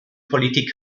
politik